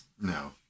No